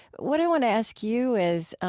what i want to ask you is